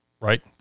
right